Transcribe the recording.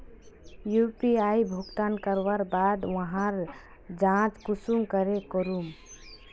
UPI भुगतान करवार बाद वहार जाँच कुंसम करे करूम?